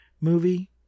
movie